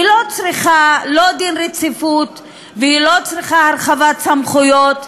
היא לא צריכה לא דין רציפות ולא הרחבת סמכויות,